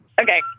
Okay